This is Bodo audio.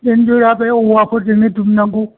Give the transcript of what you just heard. इन्जुरा बे औवाफोरजोंनो दुमनांगौ